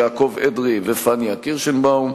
ויעקב אדרי ופניה קירשנבאום.